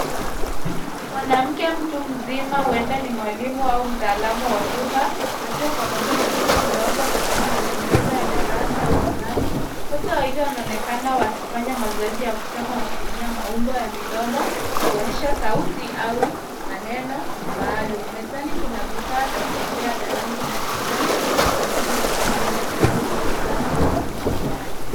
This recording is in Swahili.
Ni mwanamke mtu mzima huenda ni mwalimu au mtaalam wa huduma akiwa pamoja na mtoto mdogo katika mazingira ya darasa au nyumbani. wote wawili wanonekana wakifanya mazoezi ya kusema wakitumia maumbo ya midomo kuonyesha sauti au maneno maalum. Mezani kuna vifaa vya kuchezea vya rangi mbalimbali vinavyosaidia katika ujifunzaji wa mawasiliano.